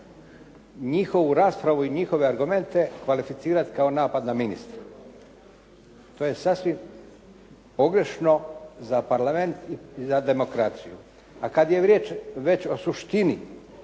njihovu raspravu i njihove argumente kvalificirati kao napad na ministre. To je sasvim pogrešno za Parlament i za demokraciju. A kad je riječ već o suštini,